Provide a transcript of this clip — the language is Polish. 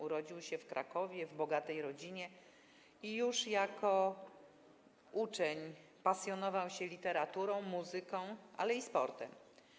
Urodził się w Krakowie, w bogatej rodzinie i już jako uczeń pasjonował się literaturą, muzyką, ale też sportem.